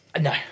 no